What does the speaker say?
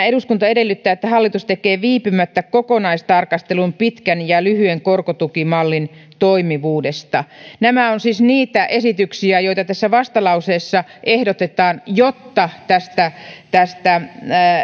eduskunta edellyttää että hallitus tekee viipymättä kokonaistarkastelun pitkän ja lyhyen korkotukimallin toimivuudesta nämä ovat siis niitä esityksiä joita tässä vastalauseessa ehdotetaan jotta tästä